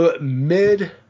mid